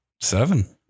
seven